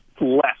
less